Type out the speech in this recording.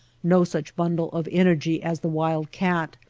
no such bundle of energy as the wild-cat,